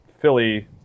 Philly